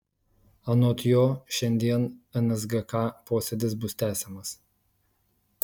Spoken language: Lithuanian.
anot jo šiandien nsgk posėdis bus tęsiamas